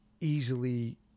easily